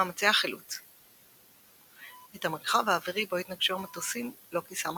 מאמצי החילוץ את המרחב האווירי בו התנגשו המטוסים לא כיסה מכ"ם,